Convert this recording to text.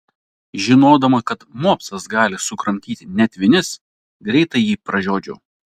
žinodama kad mopsas gali sukramtyti net vinis greitai jį pražiodžiau